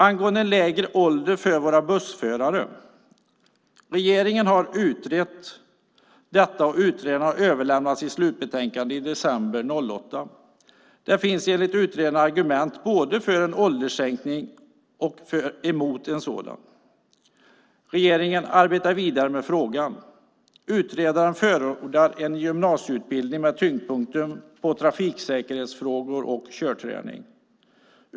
Angående en lägre ålder för våra bussförare kan jag säga att regeringen har utrett detta, och utredaren överlämnade sitt slutbetänkande i december 2008. Det finns enligt utredaren argument både för en ålderssänkning och emot en sådan. Regeringen arbetar vidare med frågan. Utredaren förordar en gymnasieutbildning med tyngdpunkten på trafiksäkerhetsfrågor och körträning.